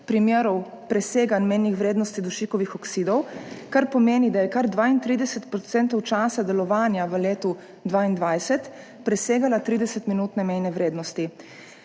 primerov preseganj mejnih vrednosti dušikovih oksidov, kar pomeni, da je kar 32 % časa delovanja v letu 2022 presegala 30-minutne mejne vrednosti.